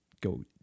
go